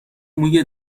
موی